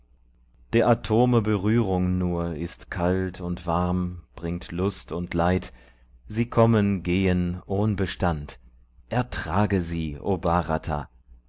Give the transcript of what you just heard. der atome berührung nur ist kalt und warm bringt lust und leid sie kommen gehen ohn bestand ertrage sie